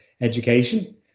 education